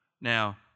Now